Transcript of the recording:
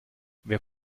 wer